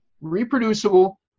Reproducible